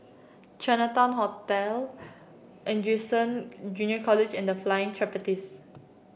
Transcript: Chinatown Hotel Anderson Junior College and Flying Trapetze